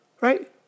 Right